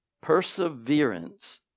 perseverance